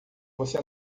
você